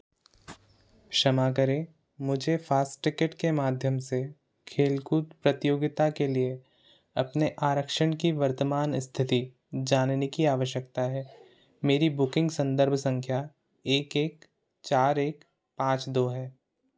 क्षमा करें मुझे फ़ास्टटिकिट के माध्यम से खेल कूद प्रतियोगिता के लिए अपने आरक्षण की वर्तमान स्थिति जानने की आवश्यकता है मेरी बुकिंग संदर्भ संख्या एक एक चार एक पाँच दो है